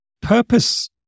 purpose